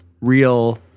real